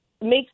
makes